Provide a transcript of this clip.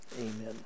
amen